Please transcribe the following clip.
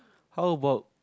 how about